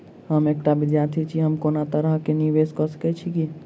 हम एकटा विधार्थी छी, हम कोनो तरह कऽ निवेश कऽ सकय छी की?